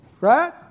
Right